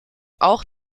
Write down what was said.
auch